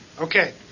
Okay